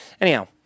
anyhow